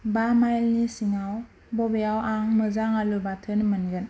बा माइल नि सिङाव बबेयाव आं मोजां आलु बाथोन मोनगोन